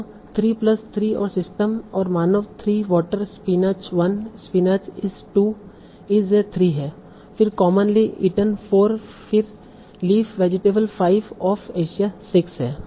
तो 3 प्लस 3 और सिस्टम और मानव 3 water spinach 1 spinach is 2 is a 3 है फिर कॉमनली इटन 4 फिर लीफ वेजिटेबल 5 ऑफ़ एशिया 6 है